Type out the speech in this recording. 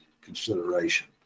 consideration